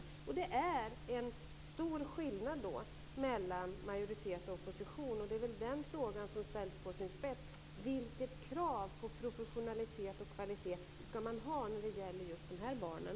Där är det en stor skillnad mellan majoritet och opposition. Det är den frågan som ställs på sin spets. Vilket krav på professionalitet och kvalitet ska man ha när det gäller just de här barnen?